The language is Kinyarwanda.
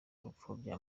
gupfobya